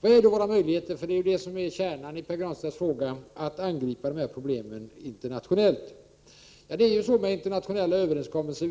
Vilka är då våra möjligheter? Kärnan i Pär Granstedts fråga är ju hur vi internationellt skall kunna angripa dessa problem. Internationella överens kommelser har vissa fördelar men också vissa nackdelar.